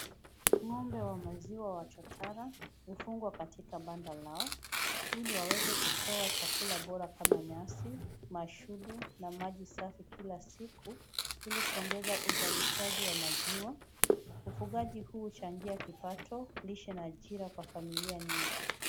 Ng'ombe wa maziwa wa chotara hufungwa katika banda lao, ili waweze kupewa chakula bora kama nyasi, mashudu na maji safi kila siku ili kuongeza uzalishaji wa maziwa. Ufugaji huu huchagia kipato, lishe na ajira kwa familia nyingi.